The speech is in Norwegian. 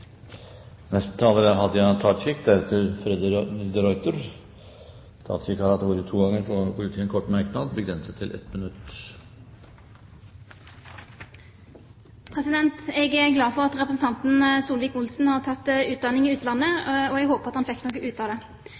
Hadia Tajik har hatt ordet to ganger før og får ordet til en kort merknad, begrenset til 1 minutt. Jeg er glad for at representanten Solvik-Olsen har tatt utdanning i utlandet, og jeg håper at han fikk noe ut av det.